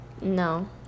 No